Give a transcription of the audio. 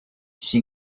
she